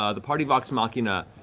ah the party vox machina,